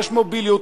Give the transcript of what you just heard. יש מוביליות,